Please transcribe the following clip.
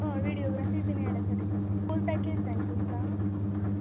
हय व्हिडीयोग्राफी बीन एड आसा तेतून फूल पेकेज जाय न्ही तुमकां